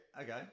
okay